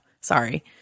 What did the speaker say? sorry